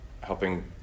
helping